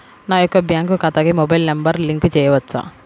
నా యొక్క బ్యాంక్ ఖాతాకి మొబైల్ నంబర్ లింక్ చేయవచ్చా?